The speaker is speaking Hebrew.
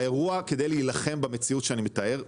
האירוע כדי להילחם במציאות שאני מתאר,